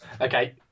Okay